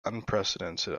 unprecedented